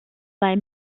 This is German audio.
bei